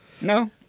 no